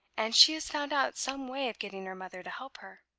and she has found out some way of getting her mother to help her.